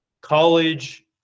college